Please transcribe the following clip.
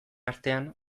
artean